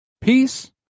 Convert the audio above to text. peace